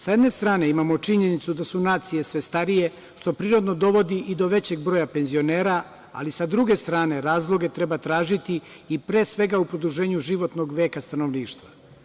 Sa jedne strane imamo činjenicu da su nacije sve starije, što prirodno dovodi i do većeg broja penzionera, ali sa druge strane razloge treba tražiti i pre svega u produženju životnog veka stanovništva.